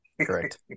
Correct